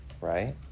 right